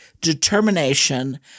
determination